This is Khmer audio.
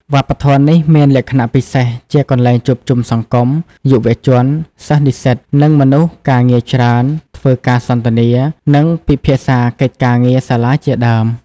វប្បធម៌នេះមានលក្ខណៈពិសេសជាកន្លែងជួបជុំសង្គម យុវជន សិស្សនិស្សិត និងមនុស្សការងារជាច្រើន ធ្វើការសន្ទនា និងពិភាក្សាកិច្ចការងារសាលាជាដើម។